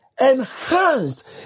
enhanced